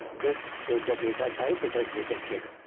this is the data type it has detected.